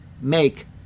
make